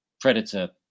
Predator